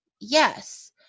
Yes